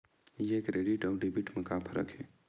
ये क्रेडिट आऊ डेबिट मा का फरक है?